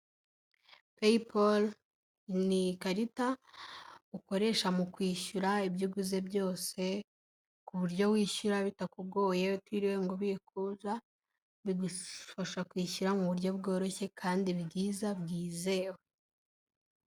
Paypal ni ikarita ukoresha mu kwishyura ibyo uguze byose, ku buryo wishyura bitakugoye, utiriwe ngo ubikuza, bigufasha kwishyura mu buryo bworoshye kandi bwiza bwizewe.